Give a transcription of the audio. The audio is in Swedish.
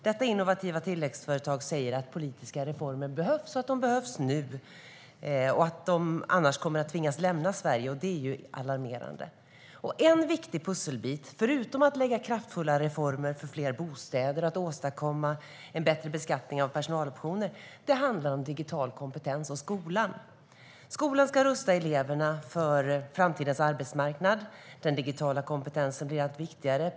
Detta innovativa tillväxtföretag säger att politiska reformer behövs, att de behövs nu och att de annars kommer att tvingas lämna Sverige, vilket är alarmerande. En viktig pusselbit, förutom kraftfulla reformer för fler bostäder och att åstadkomma en bättre beskattning av personaloptioner, handlar om digital kompetens i skolan. Skolan ska rusta eleverna för framtidens arbetsmarknad. Den digitala kompetensen blir allt viktigare.